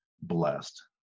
blessed